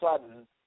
sudden